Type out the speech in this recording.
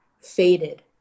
faded